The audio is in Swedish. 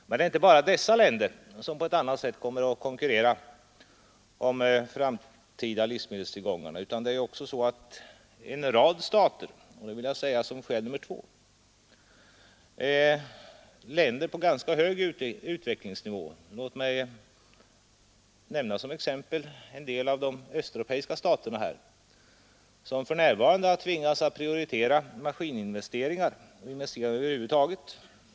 Men det är inte bara dessa länder som på ett annat sätt kommer att konkurrera om de framtida livsmedelstillgångarna utan det gäller också en rad andra stater — och det vill jag anföra som skäl nummer två — på ganska hög utvecklingsnivå. Låt mig nämna som exempel en del av de östeuropeiska staterna, som har tvingats prioritera maskininvesteringar och investeringar över huvud taget.